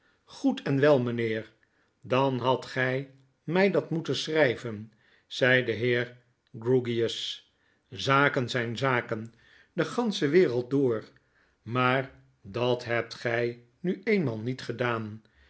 goed en wel mijnheer dan hadt gij mij dat moeten schrijven zei de heer grewgious zaken zijn zaken de gansche wereld door maar dat hebt gij nu eenmaal niet gedaan